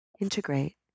Integrate